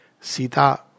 Sita